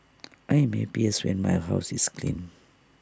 I am happiest when my house is clean